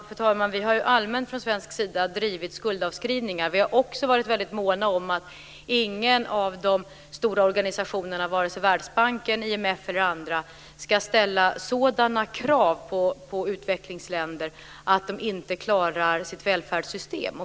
Fru talman! Vi har allmänt från svensk sida drivit frågan om skuldavskrivningar. Vi har också varit väldigt måna om att ingen av de stora organisationerna, vare sig Världsbanken, IMF eller andra, ska ställa sådana krav på utvecklingsländer att de inte klarar sitt välfärdssystem.